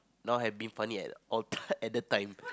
now have been funny at all time at the time